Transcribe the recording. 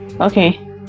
okay